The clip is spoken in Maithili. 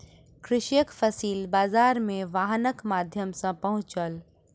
कृषक फसिल बाजार मे वाहनक माध्यम सॅ पहुँचल